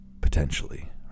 potentially